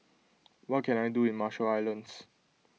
what can I do in Marshall Islands